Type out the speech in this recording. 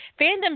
fandom